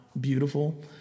beautiful